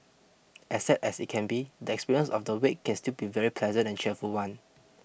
as sad as it can be the experience of the wake can still be a very pleasant and cheerful one